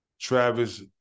Travis